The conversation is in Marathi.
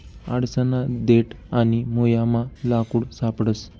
आडसना देठ आणि मुयमा लाकूड सापडस